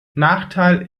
nachteil